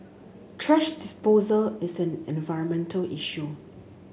thrash disposal is an environmental issue